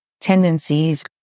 tendencies